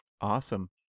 Awesome